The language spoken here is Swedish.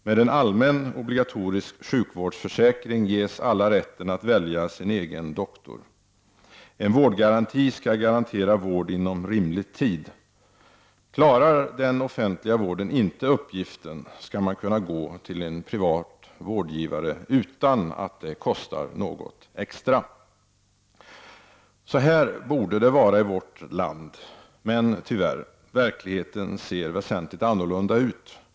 Med en allmän obligatorisk sjukvårdsförsäkring ges alla rätten att välja sin egen doktor. En vårdgaranti skall garantera vård inom rimlig tid. Klarar den offentliga vården inte uppgiften skall man kunna gå till en privat vårdgivare utan att det kostar något extra. Så här borde det vara i vårt land, men — tyvärr — verkligheten ser väsentligt annorlunda ut.